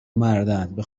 مردن، به